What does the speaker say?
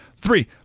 Three